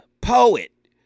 poet